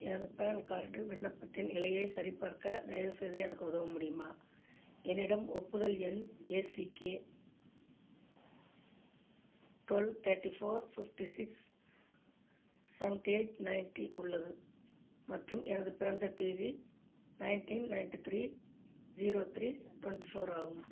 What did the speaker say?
எனது PAN card விண்ணப்பத்தின் நிலையை சரிபார்க்க தயவுசெய்து எனக்கு உதவ முடியுமா என்னிடம் ஒப்புதல் எண் A C K twelve thirty four fifty six seventy eight ninety உள்ளது மற்றும் எனது பிறந்த தேதி nineteen ninety three zero three twenty four ஆகும்